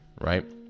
right